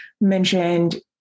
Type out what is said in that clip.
mentioned